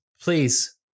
please